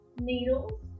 needles